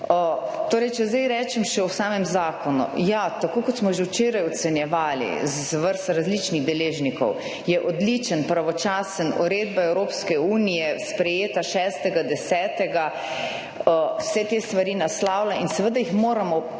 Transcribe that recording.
Torej, če zdaj rečem še o samem zakonu. Ja, tako kot smo že včeraj ocenjevali z vrst različnih deležnikov, je odličen, pravočasen, uredba Evropske unije sprejeta 6. 10., vse te stvari naslavlja in seveda jih moramo povzeti